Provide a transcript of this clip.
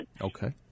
Okay